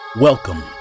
Welcome